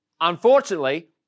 Unfortunately